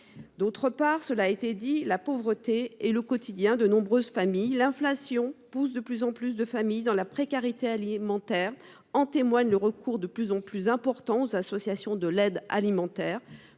ailleurs, cela a été rappelé, la pauvreté est le quotidien de nombreuses familles. L'inflation pousse toujours plus de familles dans la précarité alimentaire. En témoigne le recours de plus en plus important aux associations de l'aide alimentaire